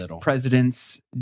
President's